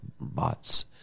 bots